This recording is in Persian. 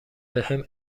بهم